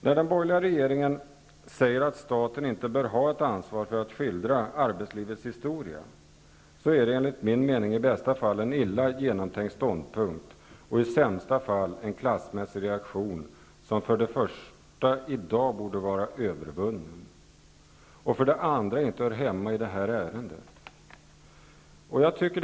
När den borgerliga regeringen säger att staten inte bör ha ett ansvar för att skildra arbetslivets historia är det enligt min mening i bästa fall en illa genomtänkt ståndpunkt och i sämsta fall en klassmässig reaktion som för det första borde var övervunnen i dag och för det andra inte hör hemma i det här ärendet. Herr talman!